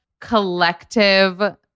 collective